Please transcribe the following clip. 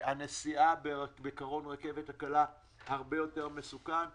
והנסיעה בקרון הרכבת הקלה הרבה יותר מסוכן,